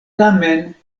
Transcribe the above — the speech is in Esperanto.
tamen